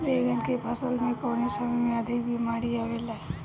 बैगन के फसल में कवने समय में अधिक बीमारी आवेला?